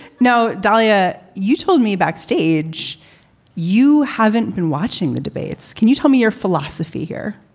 no dalia, you told me backstage you haven't been watching the debates. can you tell me your philosophy here?